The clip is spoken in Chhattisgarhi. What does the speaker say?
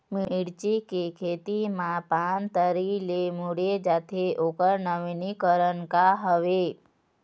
मिर्ची के खेती मा पान तरी से मुड़े जाथे ओकर नवीनीकरण का हवे?